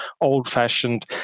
old-fashioned